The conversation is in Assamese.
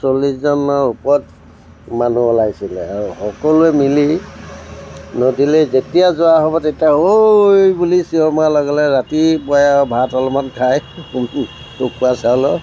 চল্লিছজনৰ ওপৰত মানুহ ওলাইছিলে আৰু সকলোৱে মিলি নদীলৈ যেতিয়া যোৱা হ'ব তেতিয়া ঐ বুলি চিঞৰ মৰাৰ লগে লগে ৰাতিপুৱাই আৰু ভাত অলপমান খাই উখোৱা চাউলৰ